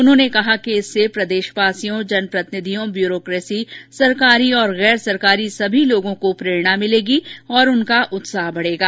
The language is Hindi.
उन्होंने कहा कि इससे प्रदेशवासियों जनप्रतिनिधियों ब्यूरोकेसी सरकारी और गैर सरकारी सभी लोगों को प्रेरणा मिलेगी और उनका उत्साह बढेगा